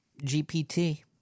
GPT